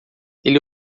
ele